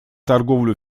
торговлю